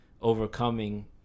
overcoming